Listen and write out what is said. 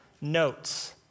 notes